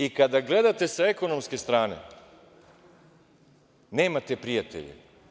I kada gledate sa ekonomske strane, nemate prijatelje.